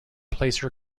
placer